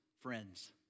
friends